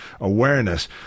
awareness